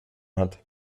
hat